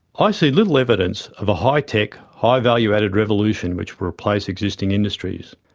i see little evidence of a high tech, high value-added revolution which will replace existing industries.